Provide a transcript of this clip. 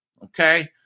Okay